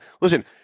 Listen